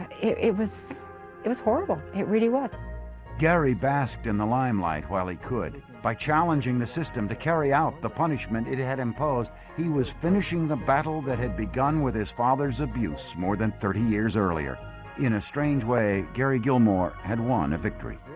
it it was it was horrible it really was gary basked in the limelight while he could by challenging the system to carry out the punishment it it had imposed he was finishing the battle that had begun with his father's abuse more than thirty years earlier in a strange way gary gilmore had won a victory